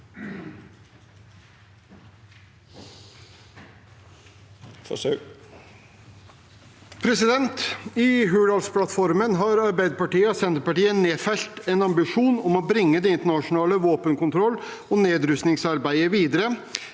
«I Hurdalsplatt- formen har Arbeiderpartiet og Senterpartiet nedfelt en ambisjon om å bringe det internasjonale våpenkon troll- og nedrustningsarbeidet videre,